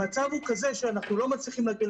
המצב הוא כזה שאנחנו לא מצליחים לייצר